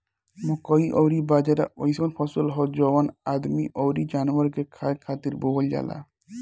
मकई अउरी बाजरा अइसन फसल हअ जवन आदमी अउरी जानवर के खाए खातिर बोअल जाला